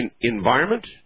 environment